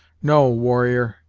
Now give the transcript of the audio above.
no, warrior,